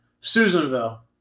Susanville